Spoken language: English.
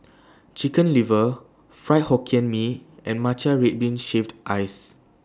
Chicken Liver Fried Hokkien Mee and Matcha Red Bean Shaved Ice